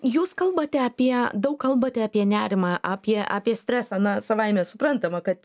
jūs kalbate apie daug kalbate apie nerimą apie apie stresą na savaime suprantama kad